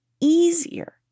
easier